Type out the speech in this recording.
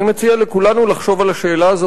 אני מציע לכולנו לחשוב על השאלה הזאת